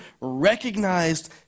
recognized